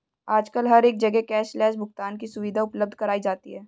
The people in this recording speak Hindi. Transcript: आजकल हर एक जगह कैश लैस भुगतान की सुविधा उपलब्ध कराई जाती है